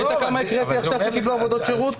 ראית כמה הקראתי עכשיו שקיבלו עבודות שירות?